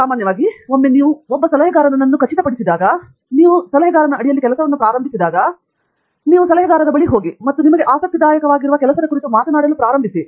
ಆದ್ದರಿಂದ ಸಾಮಾನ್ಯವಾಗಿ ಒಮ್ಮೆ ನೀವು ಸಲಹೆಗಾರನನ್ನುಖಚಿತ ಪಡಿಸಿದಾಗ ನೀವು ಸಲಹೆಗಾರನ ಅಡಿಯಲ್ಲಿ ಕೆಲಸವನ್ನು ಪ್ರಾರಂಭಿಸಿದಾಗ ನೀವು ಸಲಹೆಗಾರರ ಬಳಿ ಹೋಗಿ ಮತ್ತು ನಿಮಗೆ ಆಸಕ್ತಿದಾಯಕರಾಗಿರುವ ಕೆಲಸದ ಕುರಿತು ಮಾತನಾಡಲು ಪ್ರಾರಂಭಿಸಿ